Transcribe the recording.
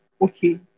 okay